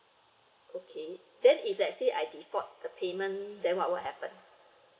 okay then if let's say I default the payment then what will happen